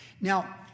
Now